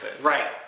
Right